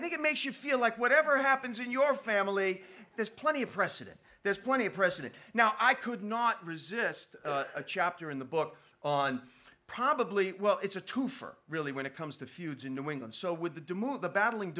think it makes you feel like whatever happens in your family there's plenty of precedent there's plenty of precedent now i could not resist a chapter in the book on probably well it's a twofer really when it comes to feuds in new england so with the demise of the battling